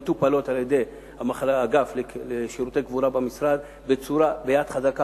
מטופלות על-ידי האגף לשירותי קבורה במשרד ביד חזקה.